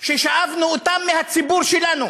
ששאבנו מהציבור שלנו: